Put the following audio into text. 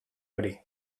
hori